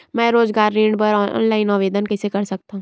मैं रोजगार ऋण बर ऑनलाइन आवेदन कइसे कर सकथव?